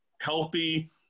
healthy